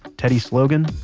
teddy's slogan?